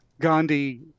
gandhi